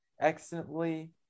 excellently